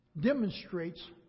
demonstrates